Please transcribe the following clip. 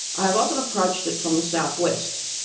i have often approached it from the southwest,